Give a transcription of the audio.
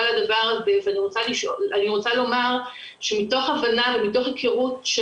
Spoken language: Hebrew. על הדבר הזה ואני רוצה לומר שמתוך הבנה ומתוך היכרות של